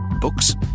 Books